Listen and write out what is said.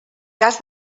cas